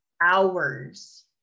hours